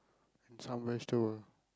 and some vegetable